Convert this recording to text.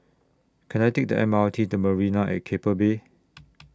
Can I Take The M R T to Marina At Keppel Bay